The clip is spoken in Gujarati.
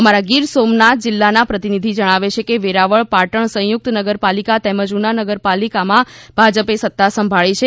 અમારા ગીર સોમનાથ જિલ્લાના પ્રતિનિધિ જણાવે છે કે વેરાવળ પાટણ સંયુક્ત નગરપાલિકા તેમજ ઉના નગરપાલિકામાં ભાજપે સત્તા સંભાળી છે